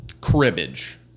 cribbage